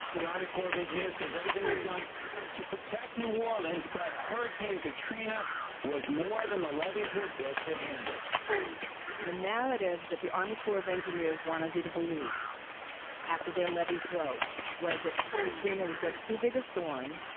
the army corps of engineers says everything was done to protect new orleans, but hurricane katrina was more than the levees were built to handle the narrative that the army corps of engineers wanted you to believe after their levees broke was that katrina was just too big a storm,